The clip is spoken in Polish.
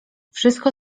wszystko